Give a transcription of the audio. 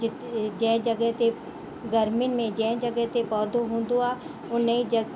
जित जंहिं जॻह ते गर्मियुनि में जंहिं जॻह ते पौधो हूंदो आहे उन्हीअ ज